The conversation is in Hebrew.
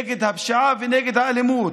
נגד הפשיעה ונגד האלימות.